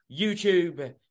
YouTube